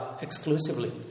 exclusively